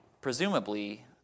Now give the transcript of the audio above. presumably